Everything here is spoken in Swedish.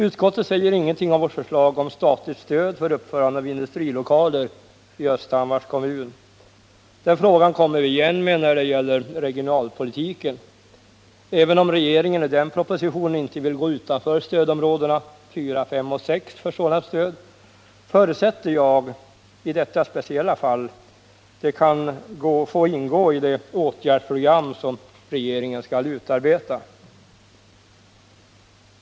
Utskottet säger ingenting om vårt förslag om statligt stöd för uppförande av industrilokaler i Östhammars kommun. Den frågan kommer vi igen med när det gäller regionalpolitiken. Även om regeringen i propositionen om denna inte vill gå utanför stödområdena 4, 5 och 6 för sådant stöd förutsätter jag, att det i detta speciella fall kan få ingå i det åtgärdsprogram som regeringen skall utarbeta.